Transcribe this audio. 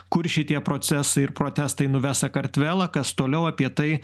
kur šitie procesai ir protestai nuves sakartvelą kas toliau apie tai